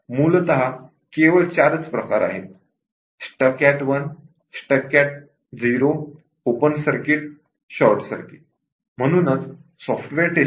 केवळ 4 प्रकार आहेत stuck at 0 stuck at 1 open circuit short circuit